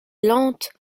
lente